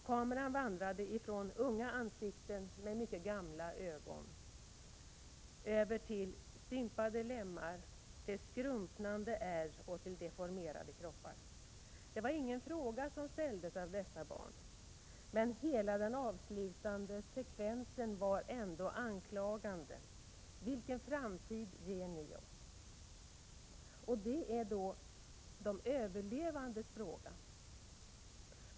Kameran vandrade från unga ansikten med gamla ögon till stympade lemmar, skrumpnande ärr och deformerade kroppar. Ingen fråga ställdes av dessa barn, men hela den avslutande sekvensen var ändå anklagande: Vilken framtid ger ni oss? Det är de överlevandes fråga.